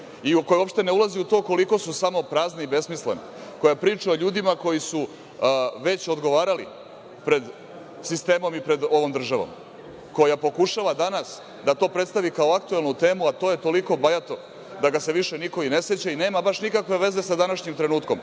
i koja uopšte ne ulazi u to koliko su samo prazne i besmislene, koja priča o ljudima koji su već odgovarali pred sistemom i pred ovom državom, koja pokušava danas da to predstavi kao aktuelnu temu, a to je toliko bajato da ga se više niko i ne seća i nema baš nikakve veze sa današnjim trenutkom. Samo